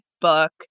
book